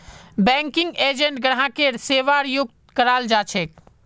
banking agent ग्राहकेर सेवार नियुक्त कराल जा छेक